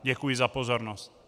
Děkuji za pozornost.